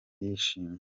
yishimye